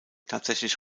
tatsächlich